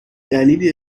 دلیلی